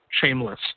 shameless